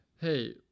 hey